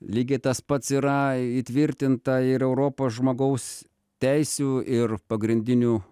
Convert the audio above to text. lygiai tas pats yra įtvirtinta ir europos žmogaus teisių ir pagrindinių